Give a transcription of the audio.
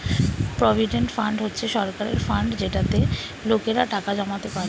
provident fund হচ্ছে সরকারের fund যেটাতে লোকেরা টাকা জমাতে পারে